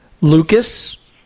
Lucas